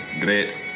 Great